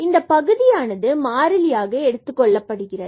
இந்தப் பகுதியானது மாறிலியாக எடுத்துக்கொள்ளப்படுகிறது